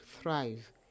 thrive